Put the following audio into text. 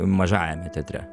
mažajame teatre